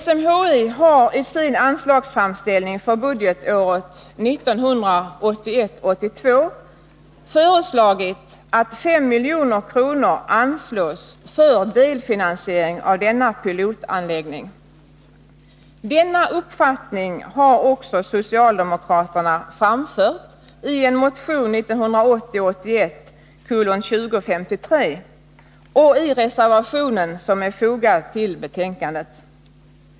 SMHI har i sin anslagsframställning för budgetåret 1981 81:2053 och i reservationen som är fogad till betänkandet.